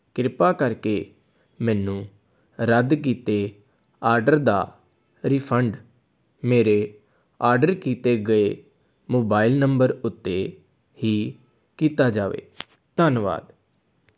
ਕਿਰਪਾ ਕਰਕੇ ਮੈਨੂੰ ਰੱਦ ਕੀਤੇ ਆਡਰ ਦਾ ਰਿਫੰਡ ਮੇਰੇ ਆਡਰ ਕੀਤੇ ਗਏ ਮੋਬਾਇਲ ਨੰਬਰ ਉੱਤੇ ਹੀ ਕੀਤਾ ਜਾਵੇ ਧੰਨਵਾਦ